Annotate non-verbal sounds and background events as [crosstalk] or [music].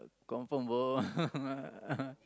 confirm go [laughs]